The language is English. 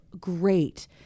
Great